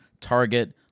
Target